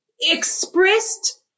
expressed